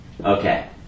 Okay